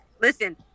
Listen